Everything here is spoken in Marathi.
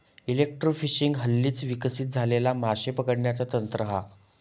एलेक्ट्रोफिशिंग हल्लीच विकसित झालेला माशे पकडण्याचा तंत्र हा